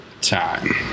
time